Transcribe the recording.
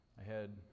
ahead